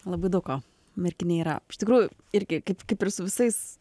labai daug ko merkinėj yra iš tikrųjų irgi kaip kaip ir su visais